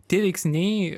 tie veiksniai